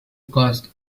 cast